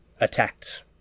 attacked